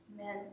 Amen